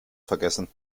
vergessen